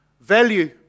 value